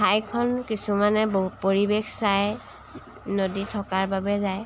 ঠাইখন কিছুমানে বহু পৰিৱেশ চাই নদী থকাৰ বাবে যায়